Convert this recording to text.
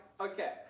okay